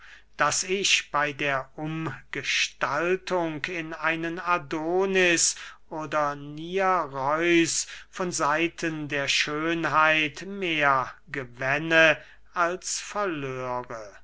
daß ich bey der umgestaltung in einen adonis oder nireus von seiten der schönheit mehr gewänne als verlöre